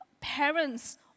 parents